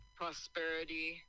prosperity